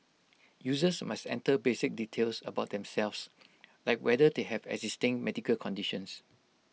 users must enter basic details about themselves like whether they have existing medical conditions